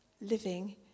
living